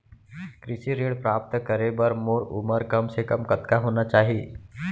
कृषि ऋण प्राप्त करे बर मोर उमर कम से कम कतका होना चाहि?